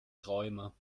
träumer